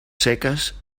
seques